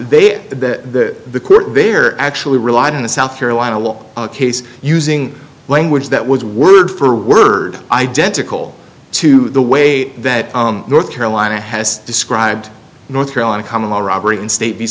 is they are the they are actually relied on the south carolina law case using language that was word for word identical to the way that north carolina has described north carolina common law robbery in state b